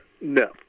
No